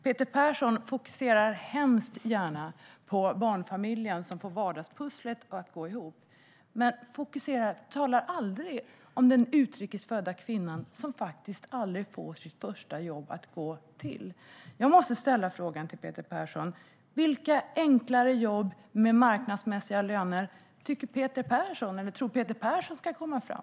Peter Persson fokuserar gärna på barnfamiljen som får vardagspusslet att gå ihop, men han talar aldrig om den utrikesfödda kvinnan som aldrig får sitt första jobb att gå till. Jag måste fråga Peter Persson: Vilka enklare jobb med marknadsmässiga löner tror Peter Persson ska komma fram?